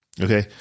Okay